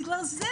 בגלל זה,